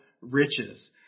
riches